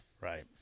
right